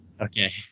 Okay